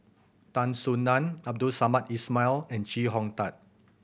Tan Soo Nan Abdul Samad Ismail and Chee Hong Tat